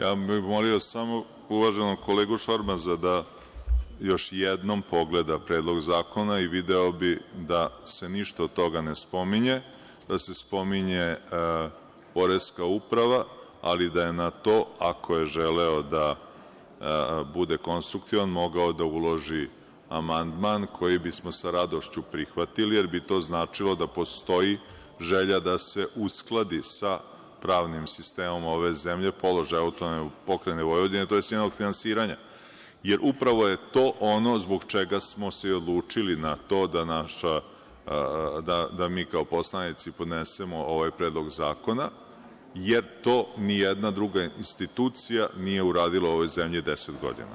Samo bih molio uvaženog kolegu Šormaza da još jednom pogleda Predlog zakona i video bi da se ništa od toga ne spominje, da se spominje poreska uprava, ali da je na to, ako je želeo da bude konstruktivan, mogao da uloži amandman koji bismo sa radošću prihvatili, jer bi to značilo da postoji želja da se uskladi sa pravnim sistemom ove zemlje, položaj AP Vojvodine, tj. njenog finansiranja, jer upravo je to ono zbog čega smo se i odlučili na to da mi kao poslanici podnesemo ovaj Predlog zakona jer to nijedna druga institucija nije uradila u ovoj zemlji 10 godina.